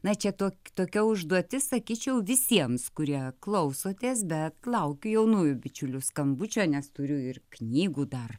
na čia tokia tokia užduotis sakyčiau visiems kurie klausotės bet laukiu jaunųjų bičiulių skambučio nes turiu ir knygų dar